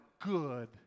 good